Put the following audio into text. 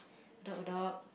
adopt a dog